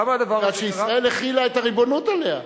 מכיוון שישראל החילה את הריבונות עליה.